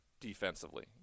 defensively